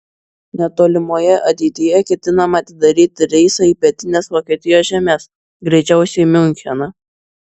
netolimoje ateityje ketinama atidaryti reisą į pietines vokietijos žemes greičiausiai miuncheną